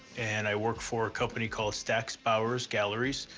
and i work for a company called stacks bowers galleries.